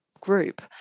group